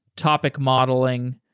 topic modeling?